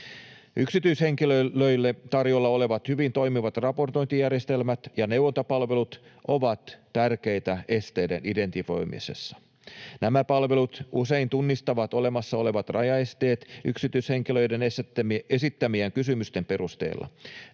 Yksityishenkilöille tarjolla olevat hyvin toimivat raportointijärjestelmät ja neuvontapalvelut ovat tärkeitä esteiden identifioimisessa. Nämä palvelut usein tunnistavat olemassa olevat rajaesteet yksityishenkilöiden esittämien kysymysten perusteella.